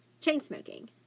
chain-smoking